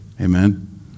Amen